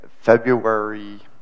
February